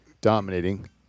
dominating